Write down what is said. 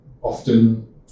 often